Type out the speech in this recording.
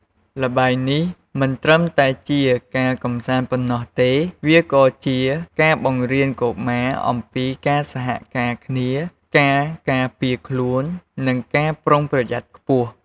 ល្បែងនេះមិនត្រឹមតែជាការកំសាន្តប៉ុណ្ណោះទេ វាក៏ជាការបង្រៀនកុមារអំពីការសហការគ្នា ការការពារខ្លួននិងការប្រុងប្រយ័ត្នខ្ពស់។